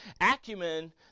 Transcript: acumen